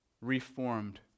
reformed